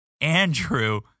Andrew